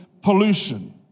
Pollution